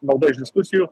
nauda iš diskusijų